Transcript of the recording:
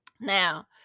Now